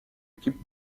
équipes